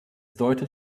deutet